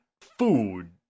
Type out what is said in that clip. food